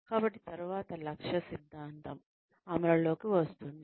కాబట్టి తరువాత లక్ష్య సిద్ధాంతం అమలులోకి వస్తుంది